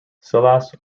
silas